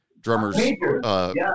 drummers